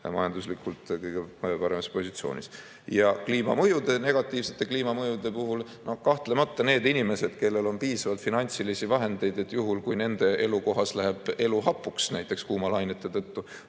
majanduslikult kõige paremas positsioonis. Negatiivsete kliimamõjude puhul kahtlemata need inimesed, kellel on piisavalt finantsilisi vahendeid juhuks, kui nende elukohas läheb elu hapuks, näiteks kuumalainete tõttu,